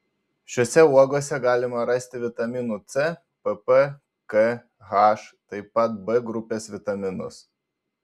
šiose uogose galima rasti vitaminų c pp k h taip pat b grupės vitaminus